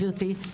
גבירתי,